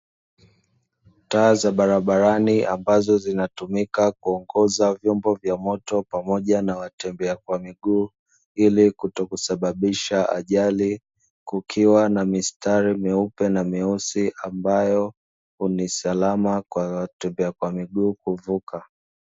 Taa za barabarani ambazo zinatumika kuongoza vyombo vya moto pamoja na watembea kwa miguu, ili kutosababisha ajali kukiwa na mistari meupe na meusi ambayo ni salama kwa watembea miguu kuvuka.